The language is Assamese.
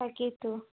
তাকেইতো